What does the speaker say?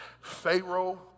Pharaoh